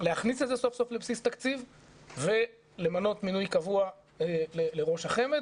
להכניס א ת זה סוף סוף לבסיס תקציב ולמנות מינוי קבוע לראש החמ"ד,